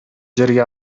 жерге